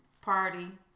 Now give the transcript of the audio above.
party